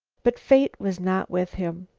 but fate was not with him.